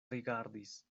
rigardis